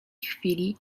chwili